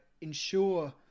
ensure